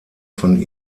von